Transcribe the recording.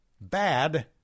bad